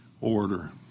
order